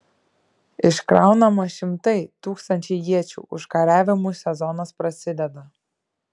iškraunama šimtai tūkstančiai iečių užkariavimų sezonas prasideda